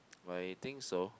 I think so